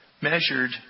measured